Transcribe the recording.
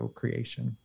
creation